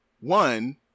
one